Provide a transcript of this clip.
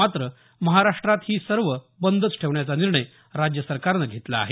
मात्र महाराष्ट्रात ही सर्व बंदच ठेवण्याचा निर्णय राज्य सरकारनं घेतला आहे